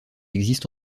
existe